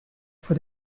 for